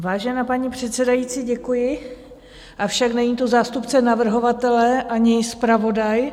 Vážená paní předsedající, děkuji, avšak není tu zástupce navrhovatele ani zpravodaj...